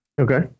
okay